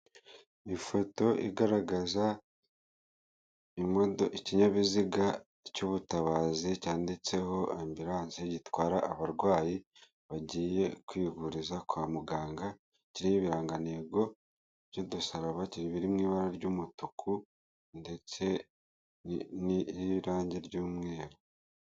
ifoto igaragaza ikinyabiziga cy'ubutabazi cyanditseho ambulance gitwara abarwayi bagiye kwivuriza kwa muganga, kiriho ibirangantego by'udusaraba biri mu ibara ry'umutuku ndetse n'irangi ry'umweru.